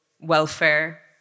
welfare